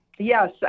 Yes